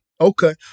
okay